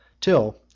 till